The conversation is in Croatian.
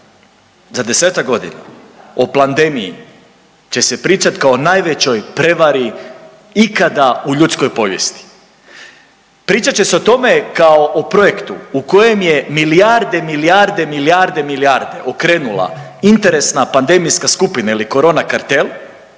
za 10-ak godina o plandemiji će se pričati kao o najvećoj prevari ikada u ljudskoj povijesti. Pričat će se o tome kao o projektu u kojem je milijarde, milijarde, milijarde, milijarde okrenula interesna pandemijska skupina ili korona kartel